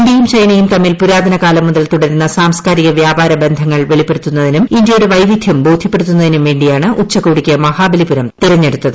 ഇന്ത്യയും ചൈന്യൂർ തമ്മിൽ പുരാതന കാലം മുതൽ തുടരുന്ന സാംസ്കാരികൾ വ്യാപാര ബന്ധങ്ങൾ വെളിപ്പെടുത്തുന്നതിനും വൈവിധ്യം ബോധൃപ്പെടുത്തുന്നതിനും വ്വേണ്ടിയാണ് ഉച്ചകോടിക്ക് മഹാബലിപുരം തിരഞ്ഞെടുത്തത്